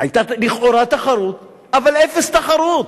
היתה לכאורה תחרות, אבל, אפס תחרות.